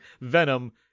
Venom